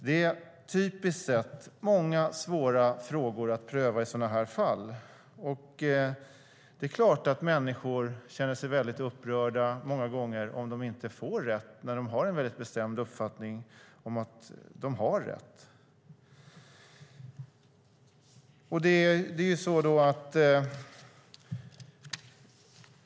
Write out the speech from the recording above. Det är typiskt sett många svåra frågor att pröva i sådana här fall, och det är klart att människor många gånger känner sig väldigt upprörda om de inte får rätt när de har en väldigt bestämd uppfattning om att de har rätt.